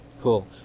cool